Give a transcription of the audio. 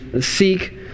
seek